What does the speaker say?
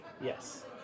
Yes